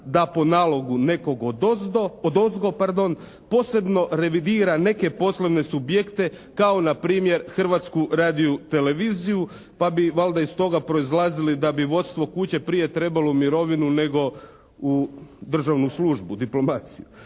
da po nalogu nekoga odozgo posebno revidira neke poslovne subjekte kao na primjer Hrvatsku radio-televiziju pa bi valjda iz toga proizlazilo da bi vodstvo kuće prije trebalo mirovinu nego u državnu službu, diplomaciju.